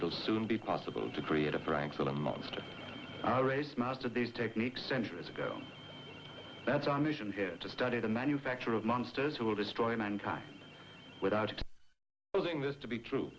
will soon be possible to create a prank for them of our race master these techniques centuries ago that's our mission here to study the manufacture of monsters who will destroy mankind without causing this to be true